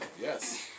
Yes